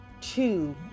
two